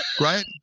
right